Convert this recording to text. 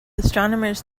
astronomers